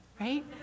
right